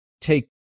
take